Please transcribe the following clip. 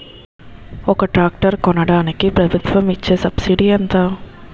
ఒక ట్రాక్టర్ కొనడానికి ప్రభుత్వం ఇచే సబ్సిడీ ఎంత?